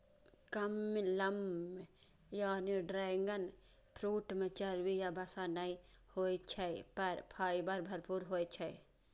कमलम यानी dragon fruit मे चर्बी या वसा नै होइ छै, पर फाइबर भरपूर होइ छै